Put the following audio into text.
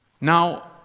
Now